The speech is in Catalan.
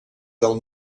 del